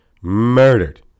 murdered